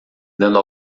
dando